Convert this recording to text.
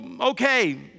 okay